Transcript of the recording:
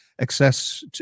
access